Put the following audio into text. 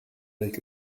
avec